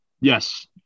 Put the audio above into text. Yes